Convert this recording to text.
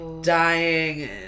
dying